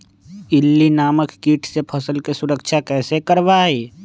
इल्ली नामक किट से फसल के सुरक्षा कैसे करवाईं?